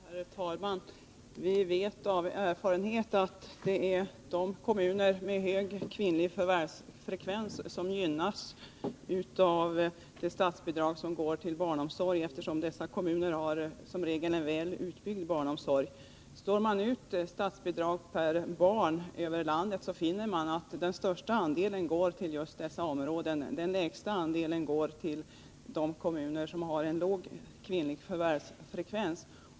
Herr talman! Jag vet av erfarenhet att det är kommuner med hög kvinnlig förvärvsfrekvens som gynnas av det statsbidrag som går till barnomsorg, eftersom dessa kommuner som regel har en väl utbyggd barnomsorg. Slår man ut statsbidraget per barn över landet, så finner man att den största andelen går till just dessa områden. Den lägsta andelen går till de kommuner som har låg kvinnlig förvärvsfrekvens.